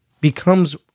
becomes